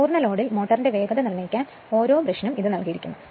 പൂർണ്ണ ലോഡിൽ മോട്ടറിന്റെ വേഗത നിർണ്ണയിക്കാൻ ഓരോ ബ്രഷിനും ഇത് നൽകിയിരിക്കുന്നു